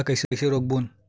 ला कइसे रोक बोन?